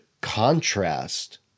contrast